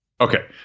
Okay